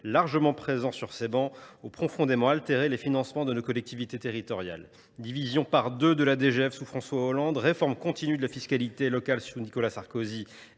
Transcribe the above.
largement représenté sur ces travées, ont profondément altéré les financements de nos collectivités territoriales : division par deux de la DGF sous François Hollande ; réforme continue de la fiscalité locale sous Nicolas Sarkozy